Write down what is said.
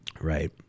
Right